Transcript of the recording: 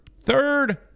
third